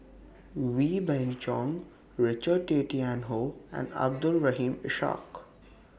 Wee Beng Chong Richard Tay Tian Hoe and Abdul Rahim Ishak